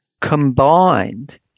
combined